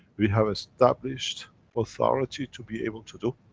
we have established authority to be able to do.